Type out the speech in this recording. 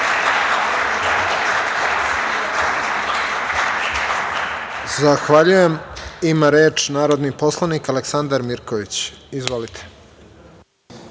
Zahvaljujem. Ima reč narodni poslanik Aleksandar Mirković. Izvolite.